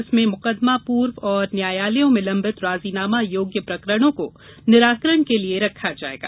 इसमें मुकदमा पूर्व एवं न्यायालयों में लंबित राजीनामा योग्य प्रकृति के प्रकरणों को निराकरण के लिये रखा जाएगा